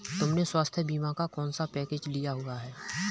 तुमने स्वास्थ्य बीमा का कौन सा पैकेज लिया हुआ है?